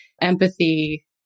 empathy